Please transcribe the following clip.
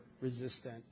resistant